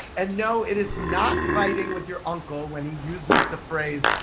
and no, it is not fighting with your uncle when he uses the phrase,